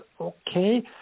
okay